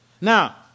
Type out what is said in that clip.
Now